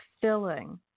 filling